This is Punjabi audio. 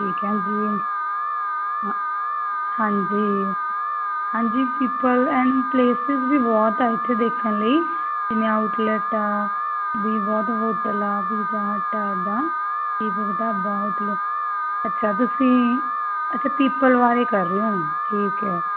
ਠੀਕ ਹੈ ਜੀ ਹ ਹਾਂਜੀ ਹਾਾਂਜੀ ਪੀਪਲ ਐਂਡ ਪਲੇਸਿਸ ਵੀ ਬਹੁਤ ਆ ਇੱਥੇ ਦੇਖਣ ਲਈ ਜਿਵੇਂ ਆਊਟਲੈਟ ਆ ਵੀ ਬਹੁਤ ਹੋਟਲ ਆ ਵੀ ਇੱਦਾਂ ਦੀਪਕ ਢਾਬਾ ਹੋਟਲ ਅੱਛਾ ਤੁਸੀਂ ਅੱਛਾ ਪੀਪਲ ਬਾਰੇ ਕਰ ਰਹੇ ਹੋ ਠੀਕ ਹੈ